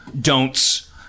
don'ts